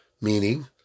meaning